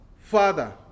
Father